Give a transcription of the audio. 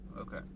Okay